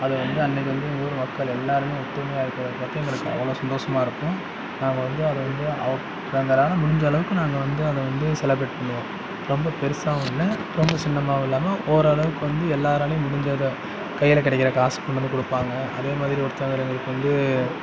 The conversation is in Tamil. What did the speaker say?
அதை வந்து அன்றைக்கு வந்து எங்கள் ஊர் மக்கள் எல்லோருமே ஒற்றுமையா இருக்கிறத பார்த்து எங்களுக்கு அவ்வளோ சந்தோஷமாக இருக்கும் நாங்கள் வந்து அதை வந்து எங்களால் முடிஞ்சளவுக்கு நாங்கள் வந்து அதை வந்து செலபிரேட் பண்ணுவோம் ரொம்ப பெருசாகவும் இல்லை ரொம்ப சின்னமாவும் இல்லாமல் ஓரளவுக்கு வந்து எல்லோராலையும் முடிஞ்சதை கையில் கிடைக்கிற காசு கொண்டு வந்து கொடுப்பாங்க அதேமாதிரி ஒருத்தரு எங்களுக்கு வந்து